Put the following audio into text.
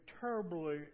terribly